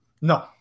No